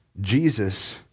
Jesus